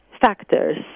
factors